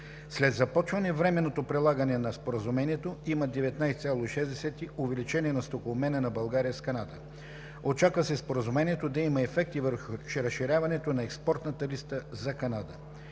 След започване временното прилагане на Споразумението има 19,6% увеличение на стокообмена на България с Канада. - Очаква се Споразумението да има ефект и върху разширяването на експортната листа за Канада.